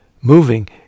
moving